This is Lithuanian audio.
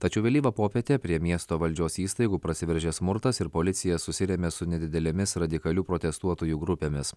tačiau vėlyvą popietę prie miesto valdžios įstaigų prasiveržė smurtas ir policija susirėmė su nedidelėmis radikalių protestuotojų grupėmis